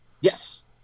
Yes